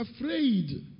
afraid